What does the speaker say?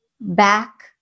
back